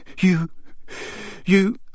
You—you—